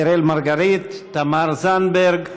אראל מרגלית, תמר זנדברג,